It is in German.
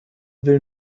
will